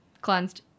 cleansed